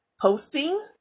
posting